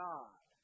God